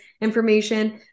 information